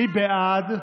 מי בעד?